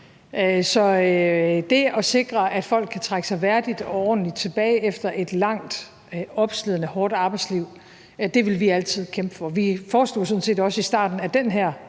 Så at sikre, at folk kan trække sig værdigt og ordentligt tilbage efter et langt, opslidende, hårdt arbejdsliv, er noget, vi altid vil kæmpe for. Vi foreslog sådan set også i starten af den